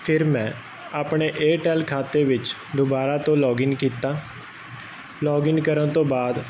ਫਿਰ ਮੈਂ ਆਪਣੇ ਏਅਰਟੈਲ ਖਾਤੇ ਵਿੱਚ ਦੁਬਾਰਾ ਤੋਂ ਲੋਗਿਨ ਕੀਤਾ ਲੋਗ ਇਨ ਕਰਨ ਤੋਂ ਬਾਅਦ